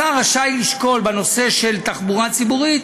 השר רשאי לשקול בנושא של תחבורה ציבורית